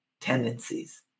tendencies